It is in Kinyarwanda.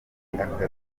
n’abantu